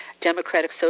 democratic